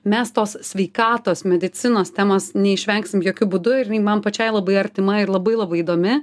mes tos sveikatos medicinos temos neišvengsim jokiu būdu ir jinai man pačiai labai artima ir labai labai įdomi